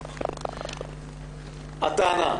הטענה,